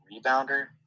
rebounder